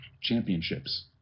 championships